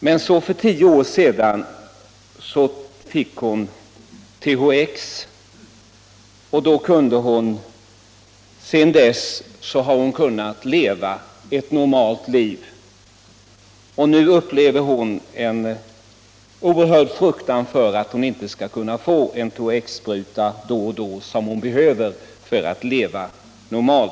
Men för 10 år sedan fick hon THX, och sedan dess har hon kunnat leva ett normalt liv. Nu upplever hon en oerhörd fruktan för att hon inte skall kunna få en THX-spruta då och då, som hon behöver för att leva normalt.